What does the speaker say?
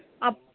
அப்